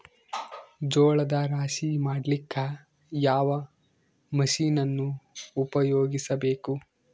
ಜೋಳದ ರಾಶಿ ಮಾಡ್ಲಿಕ್ಕ ಯಾವ ಮಷೀನನ್ನು ಉಪಯೋಗಿಸಬೇಕು?